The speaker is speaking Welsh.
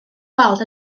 weld